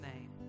name